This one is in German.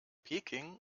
peking